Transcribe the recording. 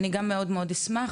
אני גם מאוד אשמח,